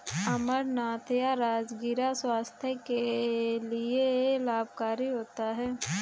अमरनाथ या राजगिरा स्वास्थ्य के लिए लाभकारी होता है